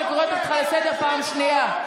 אני קוראת אותך לסדר פעם שנייה.